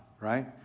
right